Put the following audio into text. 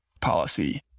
policy